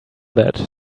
that